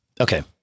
Okay